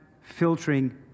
filtering